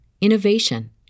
innovation